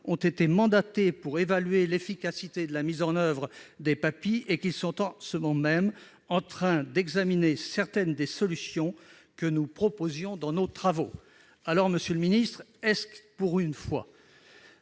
ont été mandatés pour évaluer l'efficacité de la mise en oeuvre des PAPI et qu'ils sont, en ce moment même, en train d'examiner certaines des solutions que nous proposions dans nos travaux. Monsieur le ministre, ceux qui veulent faire